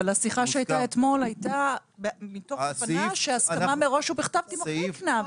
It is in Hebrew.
אבל השיחה שהייתה אתמול הייתה מתוך הבנה שההסכמה מראש ובכתב תמחקנה,